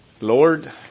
Lord